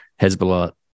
hezbollah